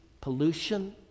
pollution